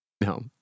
No